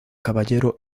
caballero